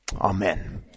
Amen